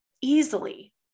easily